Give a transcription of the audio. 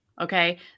okay